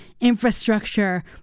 infrastructure